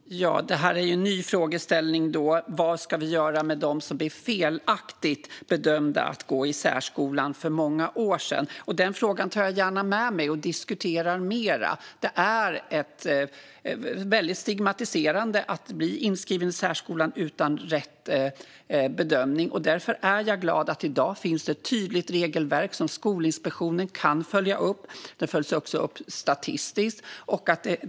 Fru talman! Det är ju en ny frågeställning: Vad ska vi göra med dem som blivit felaktigt bedömda att gå i särskolan för många år sedan? Den frågan tar jag gärna med mig och diskuterar mera. Det är väldigt stigmatiserande att bli inskriven i särskolan utan rätt bedömning. Därför är jag glad över att det i dag finns ett tydligt regelverk som Skolinspektionen kan följa upp. Det följs också upp statistiskt.